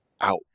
out